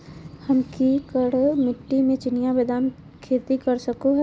हम की करका मिट्टी में चिनिया बेदाम के खेती कर सको है?